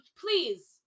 please